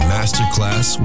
Masterclass